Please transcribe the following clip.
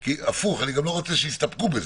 הפוך, אני לא רוצה שיסתפקו בזה.